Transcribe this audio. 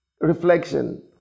Reflection